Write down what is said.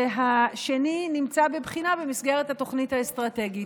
השני נמצא בבחינה במסגרת התוכנית האסטרטגית,